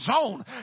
zone